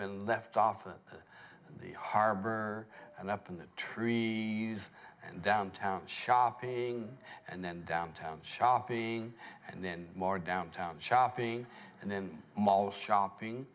been left off and the harbor and up in the tree and downtown shopping and then downtown shopping and then more downtown shopping and then mall shopping